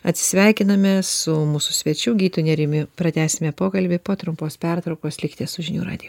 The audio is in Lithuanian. atsisveikiname su mūsų svečiu gitu nerijumi pratęsime pokalbį po trumpos pertraukos likite su žinių radiju